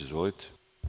Izvolite.